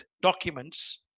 documents